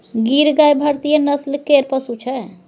गीर गाय भारतीय नस्ल केर पशु छै